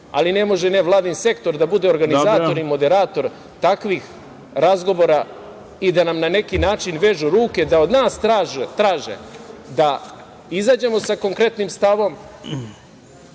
ali ne može nevladin sektor da bude organizator i moderator takvih razgovora i da nam na neki način vežu ruke, da od nas traže da izađemo sa konkretnim stavom,